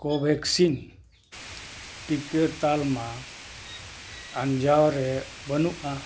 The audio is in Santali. ᱠᱳᱼᱵᱷᱮᱠᱥᱤᱱ ᱴᱤᱠᱟᱹ ᱛᱟᱞᱢᱟ ᱟᱱᱡᱟᱣ ᱨᱮ ᱵᱟᱹᱱᱩᱜᱼᱟ